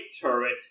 turret